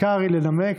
קרעי לנמק